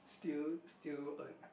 still still a